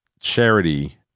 charity